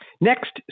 Next